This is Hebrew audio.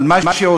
אבל מה שעושים